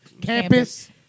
campus